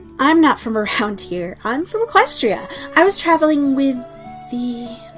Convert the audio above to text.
i'm not from around here. i'm from equestria, i was traveling with the.